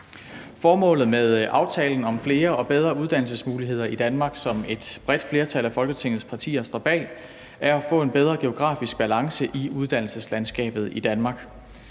Formålet med aftalen om flere og bedre uddannelsesmuligheder i Danmark, som et bredt flertal af Folketingets partier står bag, er at få en bedre geografisk balance i uddannelseslandskabet i Danmark.